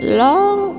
long